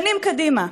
שנים קדימה.